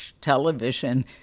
television